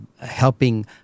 helping